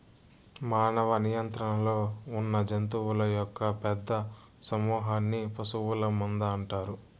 మానవ నియంత్రణలో ఉన్నజంతువుల యొక్క పెద్ద సమూహన్ని పశువుల మంద అంటారు